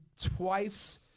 twice